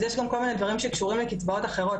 אז יש גם כל מיני דברים שקשורים לקצבאות אחרות,